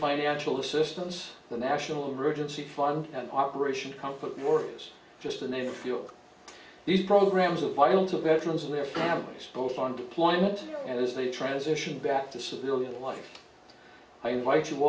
financial assistance the national emergency fund and operation company or is just to name a few of these programs of my own to veterans and their families both on deployment and as they transition back to civilian life i invite you